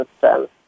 system